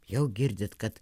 jau girdit kad